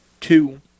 two